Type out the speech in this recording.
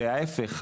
וההיפך,